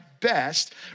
best